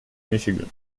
michigan